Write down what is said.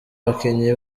bakinnyi